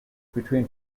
between